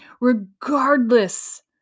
regardless